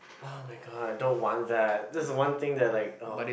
[oh]-my-god don't want that that's one thing that oh